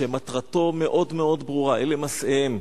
שמטרתו מאוד מאוד ברורה, אלה מסעיהם,